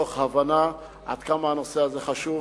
מתוך הבנה עד כמה הנושא הזה חשוב.